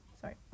sorry